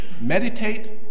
meditate